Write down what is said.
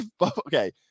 okay